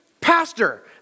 Pastor